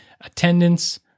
attendance